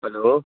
hello